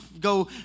go